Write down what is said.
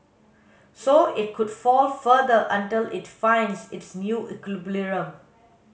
so it could fall further until it finds its new equilibrium